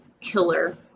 killer